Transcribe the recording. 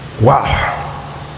Wow